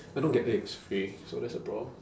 I don't get eggs free so that's the problem